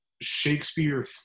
Shakespeare